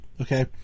okay